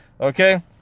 Okay